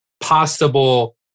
possible